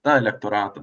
na elektoratą